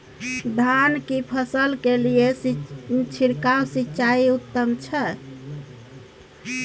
धान की फसल के लिये छिरकाव सिंचाई उत्तम छै?